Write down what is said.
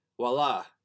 voila